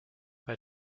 bei